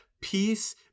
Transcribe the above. Peace